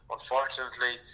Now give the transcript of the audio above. Unfortunately